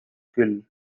küll